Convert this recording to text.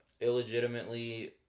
illegitimately